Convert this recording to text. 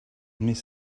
miss